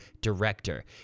director